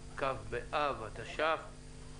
כ' באב התש"ף,